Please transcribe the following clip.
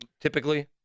typically